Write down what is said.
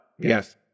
yes